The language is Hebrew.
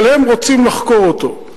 אבל הם רוצים לחקור אותו.